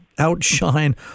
outshine